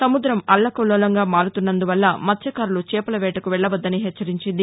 సముద్రం అల్లకల్లోలంగా మారుతున్నందువల్ల మత్స్టకారులు చేపల వేటకు వెళ్లవద్దని హెచ్చరించింది